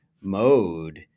mode